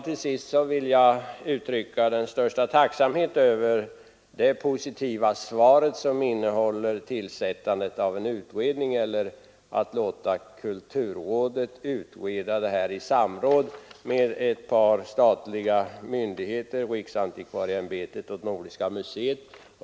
Till sist vill jag uttrycka den största tacksamhet över det positiva svaret, vari bl.a. meddelas att en utredning skall tillsättas för att pröva denna fråga eller att kulturrådet skall få utreda den i samråd med två statliga myndigheter, nämligen riksantikvarieämbetet och Nordiska museet.